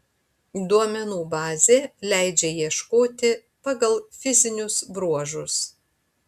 duomenų bazė leidžia ieškoti pagal fizinius bruožus